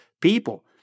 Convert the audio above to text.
people